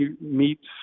meets